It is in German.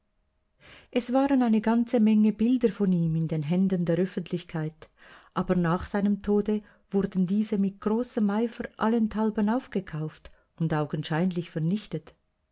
es waren eine ganze menge bilder von ihm in den händen der öffentlichkeit aber nach seinem tode wurden diese mit großem eifer allenthalben aufgekauft und augenscheinlich vernichtet